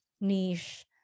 niche